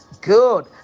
Good